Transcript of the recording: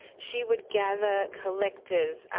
she would gather collectors,